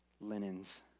linens